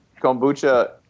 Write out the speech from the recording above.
kombucha